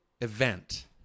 event